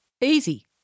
easy